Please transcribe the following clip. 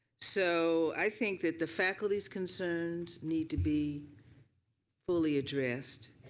so i think that the faculty's concerns need to be fully addressed,